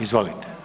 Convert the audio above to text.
Izvolite.